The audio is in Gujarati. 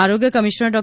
આરોગ્ય કમિશનર ડો